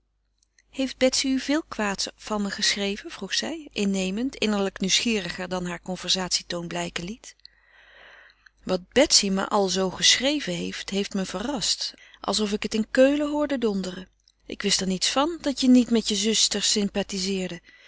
heeft betsy u veel kwaads van me geschreven vroeg zij innemend innerlijk nieuwsgieriger dan hare conversatietoon blijken liet wat betsy me alzoo geschreven heeft heeft me verrast alsof ik het in keulen hoorde donderen ik wist er niets van dat je niet met je zuster